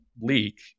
leak